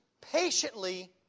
patiently